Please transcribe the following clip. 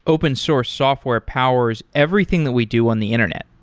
open source software powers everything that we do on the internet.